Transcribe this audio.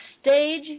stage